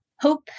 Hope